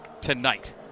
tonight